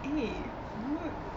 eh rude